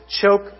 choke